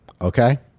Okay